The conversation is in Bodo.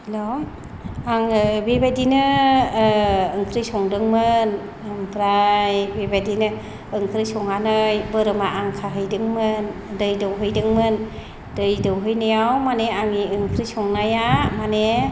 हेल' आङो बेबादिनो ओंख्रि संदोंमोन ओमफ्राय बेबादिनो ओंख्रि संनानै बोरमा खाहैदोंमोन दै दौहैदोंमोन दै दौहैनानै मानि आंनि ओंख्रि संनाया माने